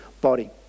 body